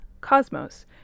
Cosmos